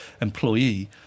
employee